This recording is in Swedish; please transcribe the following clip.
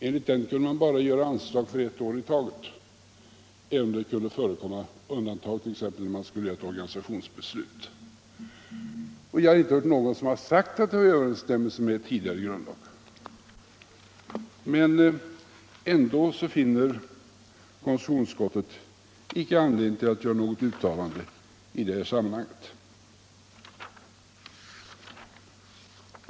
Enligt den kunde man bara ge anslag för ett år i taget, även om det kunde förekomma undantag t.ex. i fråga om ett organi verksamheten sationsbeslut. Jag har inte hört någon som har sagt att det stod i överensstämmelse med tidigare grundlag. Ändå finner konstitutionsutskottet icke anledning att göra något uttalande i det sammanhanget.